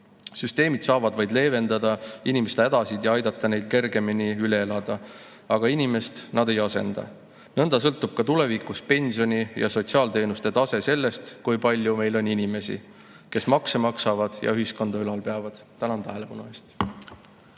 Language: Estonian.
Süsteemid saavad vaid leevendada inimeste hädasid ja aidata neid kergemini üle elada, aga inimest nad ei asenda. Nõnda sõltub ka tulevikus pensioni ja sotsiaalteenuste tase sellest, kui palju meil on inimesi, kes makse maksavad ja ühiskonda ülal peavad. Tänan tähelepanu eest!